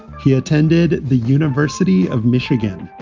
he attended the university of michigan.